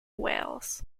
wales